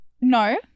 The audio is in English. No